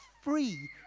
free